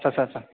आथसा सा